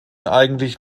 eigentlich